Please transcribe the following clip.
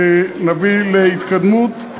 ונביא להתקדמות.